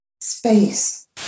space